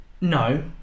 no